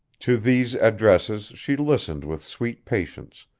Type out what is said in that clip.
to these addresses she listened with sweet patience,